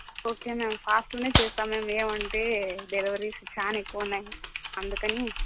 okay ma'am ఫాస్ట్గానే చేస్తాం మేం ఏమంటే డెలివరీస్ చాలా ఎక్కువున్నాయి అందుకని